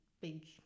big